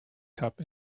cup